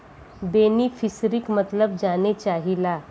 बेनिफिसरीक मतलब जाने चाहीला?